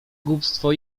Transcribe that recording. głupstwo